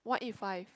one eight five